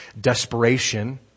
desperation